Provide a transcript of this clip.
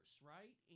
right